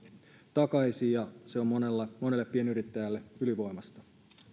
takaisin ja se on monelle monelle pienyrittäjälle ylivoimaista